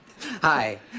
Hi